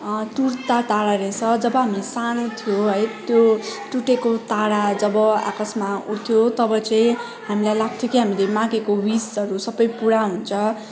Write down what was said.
टुट्ता तारा रहेछ जब हामी सानो थियो है त्यो टुटेको तारा जब आकासमा उड्थ्यो तब चाहिँ हामीलाई लाग्थ्यो कि हामीले मागेको विसहरू सबै पुरा हुन्छ